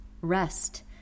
rest